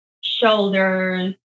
shoulders